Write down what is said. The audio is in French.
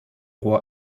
roi